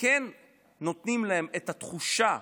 וכן נותנים להם את התחושה